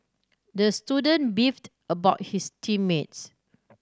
the student beefed about his team mates